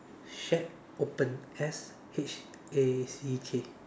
shack open S H A C K